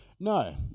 No